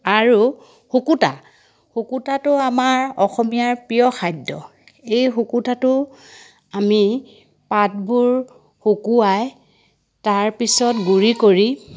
আৰু শুকুতা শুকুতাটো আমাৰ অসমীয়াৰ প্ৰিয় খাদ্য এই শুকুতাটো আমি পাতবোৰ শুকুৱাই তাৰপিছত গুড়ি কৰি